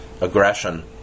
aggression